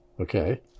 Okay